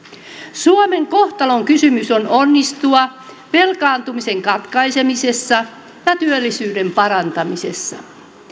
suomen kohtalonkysymys on onnistua velkaantumisen katkaisemisessa ja työllisyyden parantamisessa